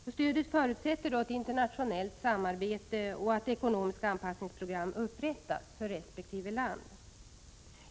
Stödet förutsätter ett internationellt samarbete och att ekonomiska anpassningsprogram upprättas för resp. land.